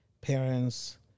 parents